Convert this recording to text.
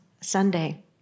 Sunday